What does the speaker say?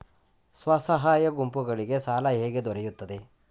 ಸ್ವಸಹಾಯ ಗುಂಪುಗಳಿಗೆ ಸಾಲ ಹೇಗೆ ದೊರೆಯುತ್ತದೆ?